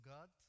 God